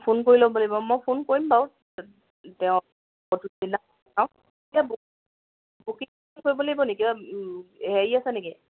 phone কৰি ল'ব লাগিব মই ফোন কৰিম বাাৰু তেওঁ কি